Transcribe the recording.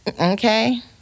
Okay